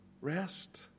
rest